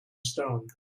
stone